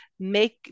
Make